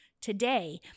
Today